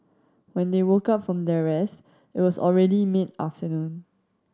when they woke up from their rest it was already mid afternoon